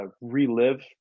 relive